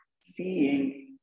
seeing